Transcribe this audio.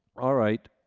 alright,